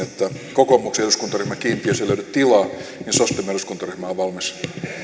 kokoomuksen eduskuntaryhmän kiintiössä ei löydy tilaa niin sos dem eduskuntaryhmä on valmis